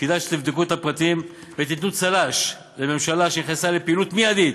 כדאי שתבדקו את הפרטים ותתנו צל"ש לממשלה שנכנסה לפעילות מיידית.